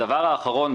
הדבר האחרון,